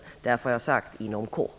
Det är därför jag har sagt ''inom kort''.